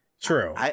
True